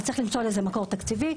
צריך למצוא לזה מקור תקציבי.